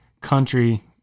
country